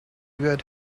good